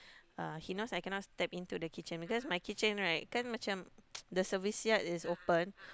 uh he knows I cannot step into the kitchen because my kitchen right kan macam the service yard is open